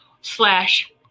slash